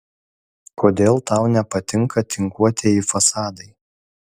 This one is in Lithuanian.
kodėl tau nepatinka tinkuotieji fasadai